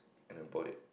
and I bought it